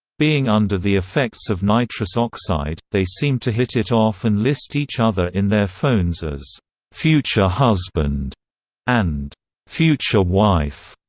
being under the effects of nitrous oxide, they seem to hit it off and list each other in their phones as future husband and future wife.